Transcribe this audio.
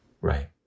Right